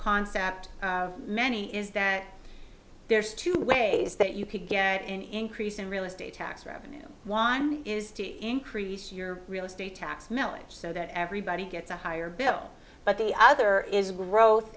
difficult many is that there's two ways that you can get an increase in real estate tax revenues one is to increase your real estate tax millage so that everybody gets a higher bill but the other is growth